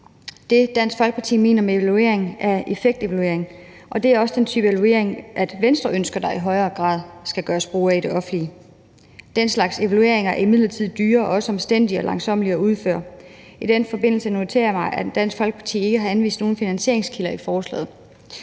mener med evaluering, er effektevaluering, og det er også den type evaluering, Venstre ønsker der i højere grad skal gøres brug af i det offentlige. Den slags evalueringer er imidlertid dyre og også omstændelige og langsommelige at udføre. I den forbindelse noterer jeg mig, at Dansk Folkeparti ikke har anvist nogen finansieringskilder i forslaget.